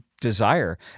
desire